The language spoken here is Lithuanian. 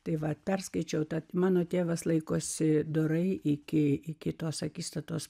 tai va perskaičiau tad mano tėvas laikosi dorai iki iki tos akistatos